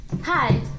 Hi